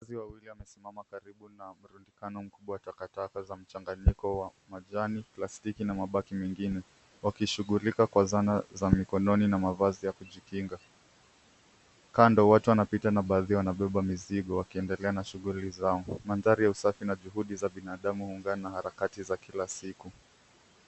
Watu wawili wamesimama karibu na mrundikano mkubwa wa takataka za mchanganyiko wa majani, plastiki na mabaki mengine. Wakishughulika na sana za mikononi na mavazi ya kujikinga. Kando watu wanapita na baadhi ya wamebeba mizigo wakiendelea na shughuli zao. Mandhari ya usafi na juhudi za binadamu huungana harakati za kila siku.